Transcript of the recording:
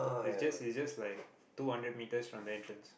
it's just it's just like two hundred metres from the entrance